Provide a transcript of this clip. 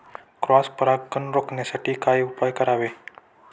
Cross परागकण रोखण्यासाठी काय उपाय करावे?